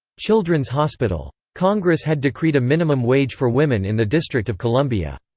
children's hospital. congress had decreed a minimum wage for women in the district of columbia.